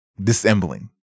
dissembling